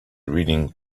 reading